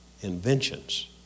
inventions